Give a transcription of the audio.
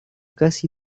casi